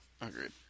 Agreed